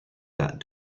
that